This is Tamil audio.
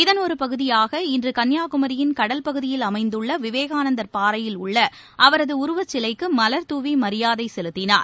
இதன் ஒரு பகுதியாக இன்று கன்னியாகுமரியின் கடல் பகுதியில் அமைந்துள்ள விவேகானந்தர் பாறையில் உள்ள அவரது உருவச்சிலைக்கு மலர் தூவி மரியாதை செலுத்தினார்